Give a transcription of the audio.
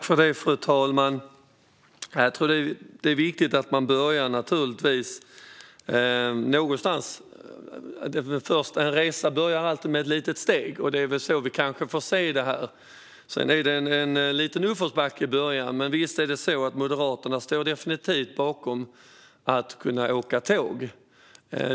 Fru talman! Det är viktigt att man börjar någonstans. En resa börjar alltid med ett litet steg. Det är kanske så vi får se det. Det är en liten uppförsbacke i början. Men visst är det så att Moderaterna definitivt står bakom att man ska kunna åka tåg.